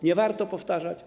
Nie warto powtarzać.